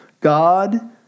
God